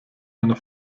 einer